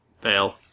Fail